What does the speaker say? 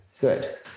Good